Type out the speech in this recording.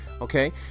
okay